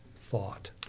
thought